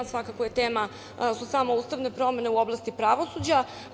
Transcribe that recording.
Svakako su tema ustavne promene u oblasti pravosuđa.